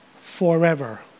forever